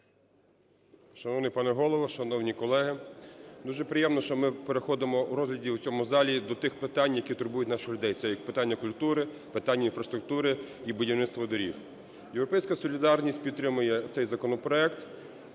Шановний пане Голово, шановні колеги, дуже приємно, що ми переходимо у розгляді в цьому залі до тих питань, які турбують наших людей. Це і питання культури, питання інфраструктури і будівництво доріг. "Європейська солідарність" підтримує цей законопроект,